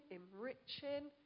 enriching